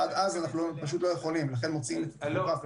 עד אז אנחנו לא יכולים, לכן מוציאים את הטכוגרף.